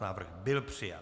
Návrh byl přijat.